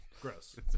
Gross